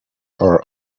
are